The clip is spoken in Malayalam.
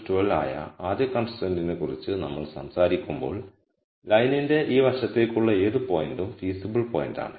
12 ആയ ആദ്യ കൺസ്ട്രൈന്റിനെക്കുറിച്ച് നമ്മൾ സംസാരിക്കുമ്പോൾ ലൈനിന്റെ ഈ വശത്തേക്കുള്ള ഏത് പോയിന്റും ഫീസിബിൾ പോയിന്റാണ്